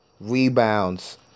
rebounds